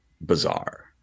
bizarre